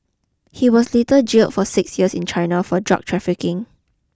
he was later jailed for six years in China for drug trafficking